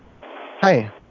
Hi